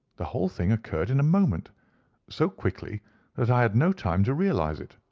the whole thing occurred in a moment so quickly that i had no time to realize it.